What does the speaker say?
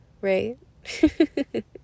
right